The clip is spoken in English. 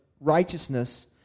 righteousness